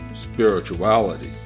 spirituality